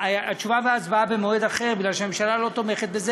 התשובה וההצבעה במועד אחר בגלל שהממשלה לא תומכת בזה.